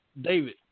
David